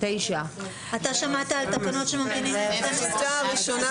שמעת על תקנות שממתינים להם 12 שנה?